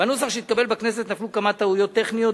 בנוסח שהתקבל בכנסת נפלו כמה טעויות טכניות,